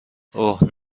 اوه